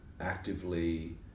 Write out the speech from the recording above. actively